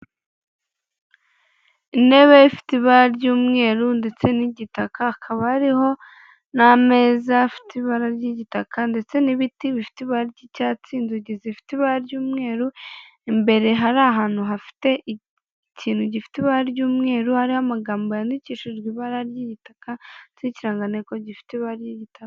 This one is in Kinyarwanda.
Intebe ifite ibara ry'umweru ndetse n'igitaka hakaba hariho n'amezaza afite ibara ry'igitaka ndetse n'ibiti bifite ibara ry'icyatsi inzugi zifite ibara ry'umweru, imbere hari ahantu hafite ikintu gifite ibara ry'umweru hariho amagambo yandikishijwe ibara ry'igitaka ry'ikiranganteko gifite ibara ry'igitaka.